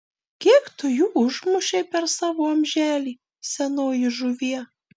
kiek tu jų užmušei per savo amželį senoji žuvie